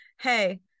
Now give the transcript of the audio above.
Hey